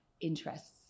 interests